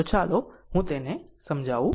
તો ચાલો હું તેને સમજાવું